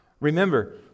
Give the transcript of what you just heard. Remember